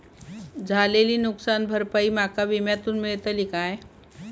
झालेली नुकसान भरपाई माका विम्यातून मेळतली काय?